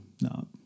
no